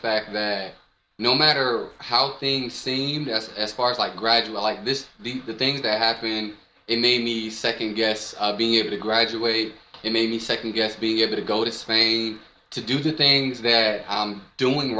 fact that no matter how they seem to us as far as like graduate like this the things that happen and it made me second guess of being able to graduate in maybe second guess being able to go to spain to do the things that i'm doing